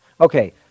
Okay